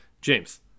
james